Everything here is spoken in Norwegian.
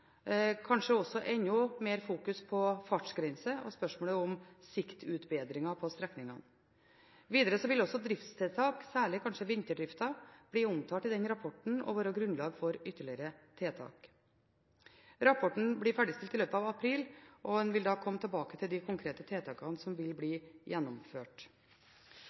mer fokusering på fartsgrense og på spørsmålet om siktutbedringer på strekningene. Videre vil også driftstiltak, kanskje særlig vinterdriften, bli omtalt i denne rapporten og være grunnlag for ytterligere tiltak. Rapporten blir ferdigstilt i løpet av april, og en vil da komme tilbake til de konkrete tiltakene som vil bli gjennomført.